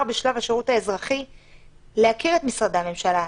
בשלב השירות האזרחי להכיר את משרדי הממשלה,